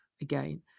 again